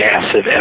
massive